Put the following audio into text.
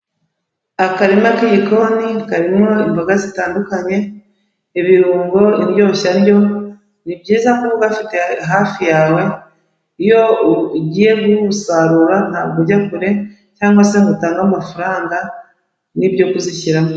Akarima k'igikoni karimo imboga zitandukanye, ibirungo, indyoshyandyo. Ni byiza kuba ufite hafi yawe, iyo ugiye gusarura ntabwo ujya kure cyangwa se ngo utange amafaranga n'ibyo kuzishyiramo.